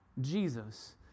Jesus